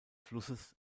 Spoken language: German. flusses